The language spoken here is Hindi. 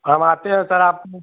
हम आते हैं सर आपको